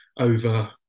over